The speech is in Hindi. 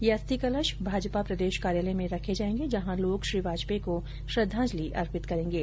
ये अस्थि कलश भाजपा प्रदेश कार्यालय में रखे जायेंगे जहां लोग श्री वाजपेयी को श्रद्धांजलि अर्पित करेंगे